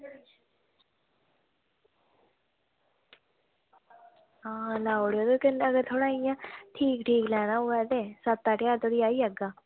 आं सनाई ओड़ेओ कन्नै थोह्ड़ा इंया ठीक ठीक लैना होऐ ते सत्त अट्ठ ज्हार तगर आई जाह्गा